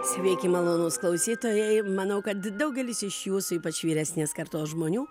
sveiki malonūs klausytojai manau kad daugelis iš jūsų ypač vyresnės kartos žmonių